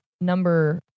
number